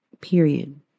period